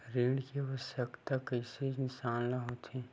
ऋण के आवश्कता कइसे इंसान ला होथे?